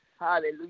Hallelujah